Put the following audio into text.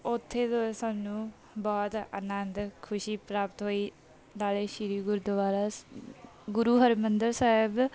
ਉੱਥੇ ਦੇ ਸਾਨੂੰ ਬਹੁਤ ਅਨੰਦ ਖੁਸ਼ੀ ਪ੍ਰਾਪਤ ਹੋਈ ਨਾਲੇ ਸ਼੍ਰੀ ਗੁਰਦੁਆਰਾ ਸ ਗੁਰੂ ਹਰਿਮੰਦਰ ਸਾਹਿਬ